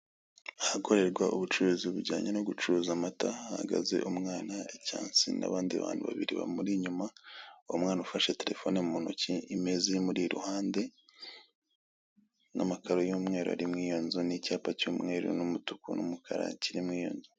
Ahakorerwa ubucuruzi bujyanye no gucuruza amata, hahagaze umwana cyangwa se n'abandi bantu babiri bamuri inyuma, uwo mwana ufashe telefone mu ntoki, imeza imuri iruhande n'amakaro y'umweru arimo iyo nzu n'icyapa cy'umweru n'umutuku n'umukara kirimo iyo nzu.